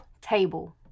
table